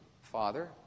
Father